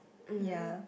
ya